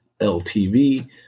LTV